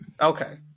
Okay